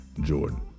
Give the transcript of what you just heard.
Jordan